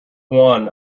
one